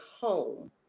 home